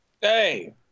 Hey